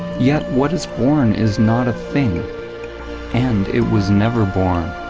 yet what is born is not a thing and it was never born.